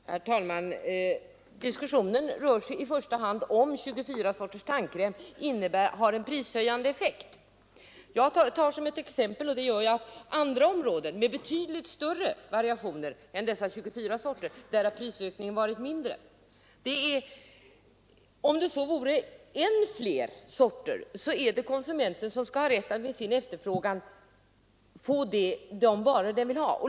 Herr talman! Diskussionen rör sig i första hand om huruvida 24 sorters tandkräm har prishöjande effekt. På områden med betydligt större variationer än de här 24 sorterna har prisökningen varit mindre och om det så funnes än fler sorter, så är det konsumenten som skall ha rätt att med sin efterfrågan få fram de varor han vill ha.